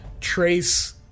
trace